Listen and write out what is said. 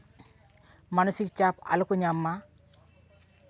ᱢᱟᱱᱚᱥᱤᱠ ᱪᱟᱯ ᱟᱞᱚᱠᱚ ᱧᱟᱢ ᱢᱟ